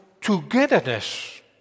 togetherness